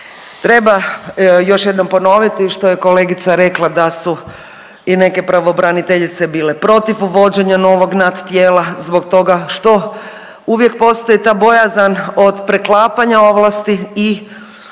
Treba još jednom ponoviti što je kolegica rekla, da su i neke pravobraniteljice bile protiv uvođenja novog nadtijela zbog toga što uvijek postoji ta bojazan od preklapanja ovlasti i